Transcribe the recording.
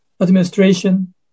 administration